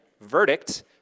verdict